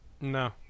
no